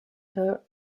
her